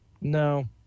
no